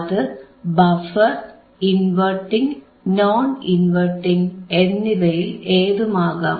അത് buffer inverting non inverting എന്നിവയിൽ ഏതുമാകാം